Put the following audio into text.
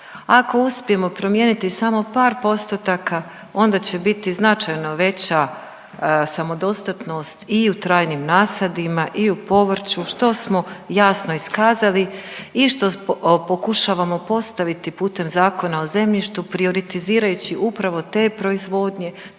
Ako uspijemo promijeniti samo par postotaka, onda će biti značajno veća samodostatnost i u trajnim nasadima i u povrću, što smo jasno iskazali i što pokušavamo postaviti putem zakona o zemljištu prioritizirajući upravo te proizvodnje,